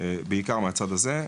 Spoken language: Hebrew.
בעיקר מהצד הזה.